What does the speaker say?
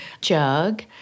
jug